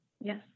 Yes